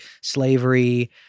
Slavery